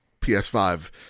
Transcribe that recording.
PS5